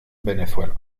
venezuela